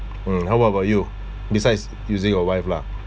um how what about you besides using your wife lah